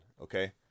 okay